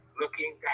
looking